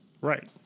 Right